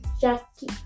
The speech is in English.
jackie